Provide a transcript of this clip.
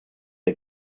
der